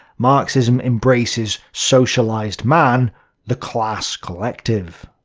marxism embraces socialized man the class collective.